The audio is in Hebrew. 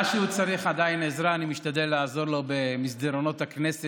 במה שהוא עדיין צריך עזרה אני משתדל לעזור לו במסדרונות הכנסת.